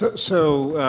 but so,